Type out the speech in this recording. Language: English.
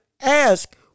ask